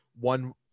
one